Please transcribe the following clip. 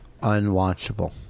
unwatchable